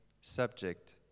subject